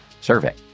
survey